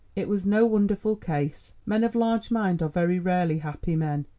it was no wonderful case. men of large mind are very rarely happy men.